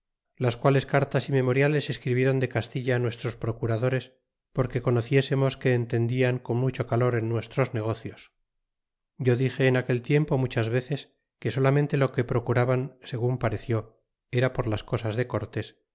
las quales cartas y memoriales escribieron de castilla nuestros procuradores porque conociésemos que entendian con mucho calor en nuestros negocios yo dixe en aquel tiempo muchas veces que solamente lo que procuraban segun pareció era por las cosas de cortés